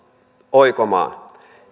oikomaan